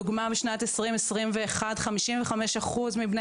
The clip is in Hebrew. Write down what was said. לדוגמא בשנת 2021 חמישים וחמש אחוז מבני